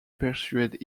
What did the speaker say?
persuades